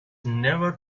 never